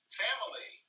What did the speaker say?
family